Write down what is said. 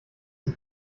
die